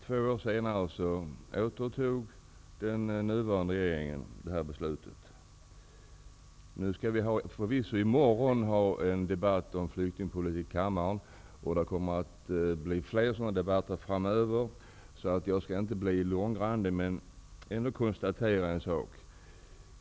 Två år senare återtog den nuvarande regeringen det beslutet. Nu skall vi förvisso i morgon ha en debatt om flyktingpolitiken i kammaren. Det kommer att bli fler sådana debatter framöver, så jag skall inte bli långrandig. Jag vill ändå konstatera en sak.